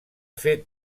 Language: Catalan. fet